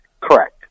Correct